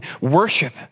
worship